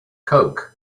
coke